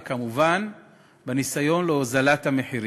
וכמובן בניסיון להורדת המחירים.